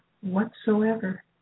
whatsoever